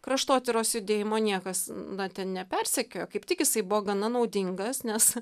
kraštotyros judėjimo niekas na ten nepersekiojo kaip tik jisai buvo gana naudingas nes